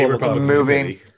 moving